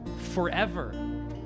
forever